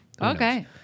Okay